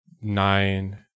nine